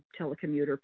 telecommuter